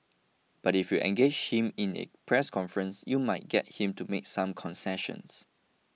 but if you engage him in a press conference you might get him to make some concessions